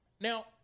Now